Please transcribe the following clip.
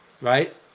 right